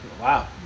Wow